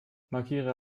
markiere